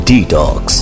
Detox।